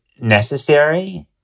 necessary